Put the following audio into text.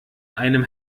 einem